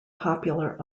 popular